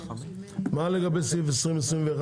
מה לגבי סעיף 20 ו-21?